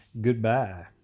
Goodbye